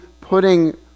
putting